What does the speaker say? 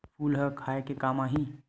फूल ह खाये के काम आही?